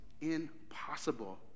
impossible